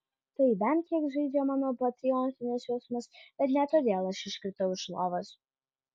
tai bent kiek žeidžia mano patriotinius jausmus bet ne todėl aš iškritau iš lovos